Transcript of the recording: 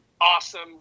awesome